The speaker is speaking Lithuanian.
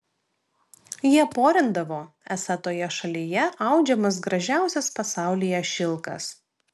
jie porindavo esą toje šalyje audžiamas gražiausias pasaulyje šilkas